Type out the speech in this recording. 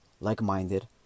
like-minded